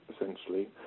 essentially